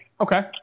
Okay